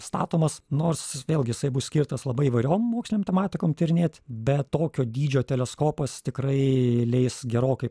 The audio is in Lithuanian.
statomas nors jis vėlgi jisai bus skirtas labai įvairiom mokslinėm tematikom tyrinėt bet tokio dydžio teleskopas tikrai leis gerokai